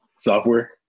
Software